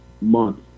month